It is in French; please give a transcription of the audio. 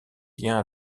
liens